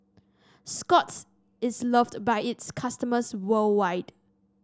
Scott's is loved by its customers worldwide